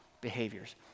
behaviors